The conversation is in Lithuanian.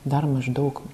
dar maždaug